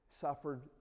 Suffered